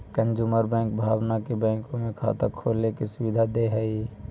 consumer bank भावना के बैंकों में खाता खोले के सुविधा दे हइ